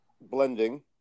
blending